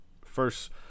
first